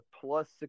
plus